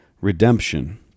redemption